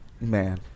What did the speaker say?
Man